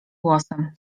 głosem